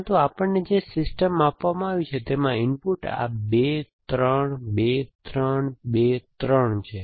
પરંતુ આપણને જે સિસ્ટમ આપવામાં આવી છે તેમાં ઇનપુટ્સ આ 2 3 2 3 2 3 છે